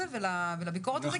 ולביקורת הזו כי היא פשוט לא במקומה.